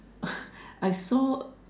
I saw